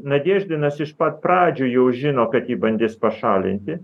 nadeždinas iš pat pradžių jau žino kad jį bandys pašalinti